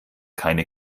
keine